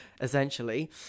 essentially